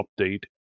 update